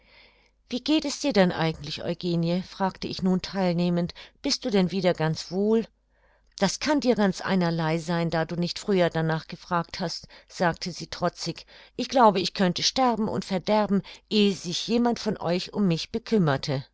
wie geht es dir denn eigentlich eugenie fragte ich nun theilnehmend bist du denn wieder ganz wohl das kann dir ganz einerlei sein da du nicht früher danach gefragt hast sagte sie trotzig ich glaube ich könnte sterben und verderben ehe sich jemand von euch um mich bekümmerte